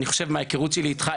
אני חושב מההיכרות שלי איתך,